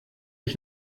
ich